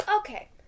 Okay